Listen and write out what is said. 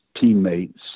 teammates